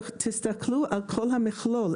תסתכלו על כל המכלול,